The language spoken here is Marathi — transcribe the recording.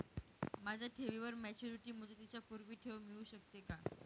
माझ्या ठेवीवर मॅच्युरिटी मुदतीच्या पूर्वी ठेव मिळू शकते का?